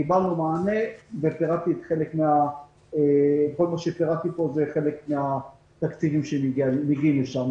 קיבלנו מענה וכל מה שפירטתי פה זה חלק מהתקציבים שמגיעים לשם.